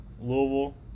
Louisville